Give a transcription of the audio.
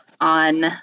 on